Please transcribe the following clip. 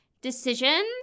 decisions